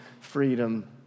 freedom